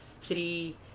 three